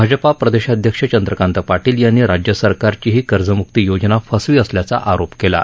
भाजपा प्रदेशाध्यक्ष चंद्रकांत पाटील यांनी राज्यसरकारची ही कर्जम्क्ती योजना फसवी असल्याचा आरोप केला आहे